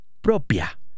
propia